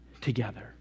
together